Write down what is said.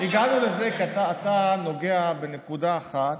הגענו לזה כי אתה נוגע בנקודה אחת,